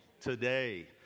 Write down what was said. today